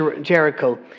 Jericho